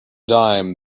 dime